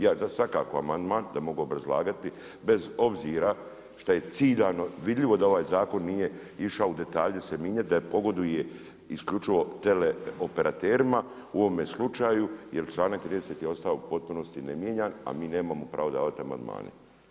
Ja ću dati svakako amandman da mogu obrazlagati, bez obzira što je ciljano vidljivo da ovaj zakon nije išao detalje se mijenjati da pogoduje isključivo teleoperaterima u ovome slučaju jer članak 30. je ostao u potpunosti ne mijenjan, a mi nemamo pravo davati amandmane.